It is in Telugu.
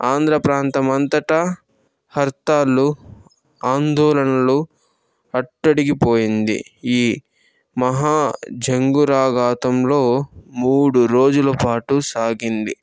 ఆంధ్ర ప్రాంతం అంతటా హర్తాళ్ళు ఆందోళనలు అట్టడిగిపోయింది ఈ మహా జంగురాగాతంలో మూడు రోజుల పాటు సాగింది